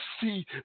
see